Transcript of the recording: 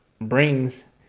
brings